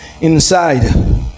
inside